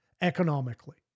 economically